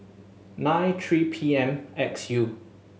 nine three P M X U